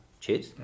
Cheers